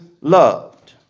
loved